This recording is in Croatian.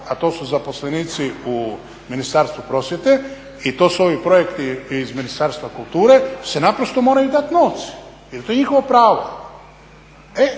a to su zaposlenici u Ministarstvu prosvjete i to su ovi projekti iz Ministarstva kulture, se naprosto moraju dati novci jer je to njihovo pravo.